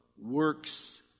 works